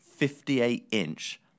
58-inch